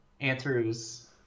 answers